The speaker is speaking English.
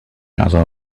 other